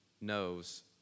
knows